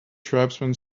tribesman